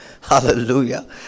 Hallelujah